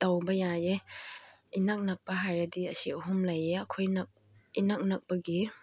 ꯇꯧꯕ ꯌꯥꯏꯌꯦ ꯏꯅꯛ ꯅꯛꯄ ꯍꯥꯏꯔꯗꯤ ꯑꯁꯤ ꯑꯍꯨꯝ ꯂꯩꯌꯦ ꯑꯩꯈꯣꯏꯅ ꯏꯅꯛ ꯅꯛꯄꯒꯤ